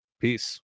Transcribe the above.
Peace